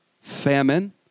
famine